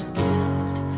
guilt